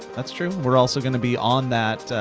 that's true, we're also gonna be on that.